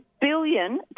billion